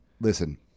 Listen